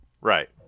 Right